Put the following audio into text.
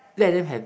let them have